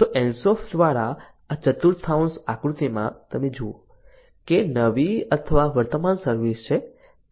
તો Ansoff દ્વારા આ ચતુર્થાંશ આકૃતિમાં તમે જુઓ કે નવી અથવા વર્તમાન સર્વિસ છે